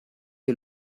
you